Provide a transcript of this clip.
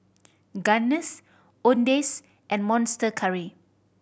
Guinness Owndays and Monster Curry